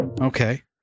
Okay